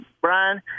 Brian